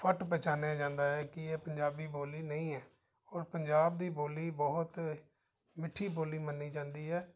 ਫੱਟ ਪਹਿਚਾਣਿਆ ਜਾਂਦਾ ਹੈ ਕਿ ਇਹ ਪੰਜਾਬੀ ਬੋਲੀ ਨਹੀਂ ਹੈ ਔਰ ਪੰਜਾਬ ਦੀ ਬੋਲੀ ਬਹੁਤ ਮਿੱਠੀ ਬੋਲੀ ਮੰਨੀ ਜਾਂਦੀ ਹੈ